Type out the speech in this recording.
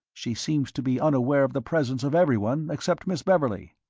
she seems to be unaware of the presence of everyone except miss beverley.